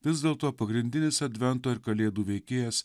vis dėlto pagrindinis advento ir kalėdų veikėjas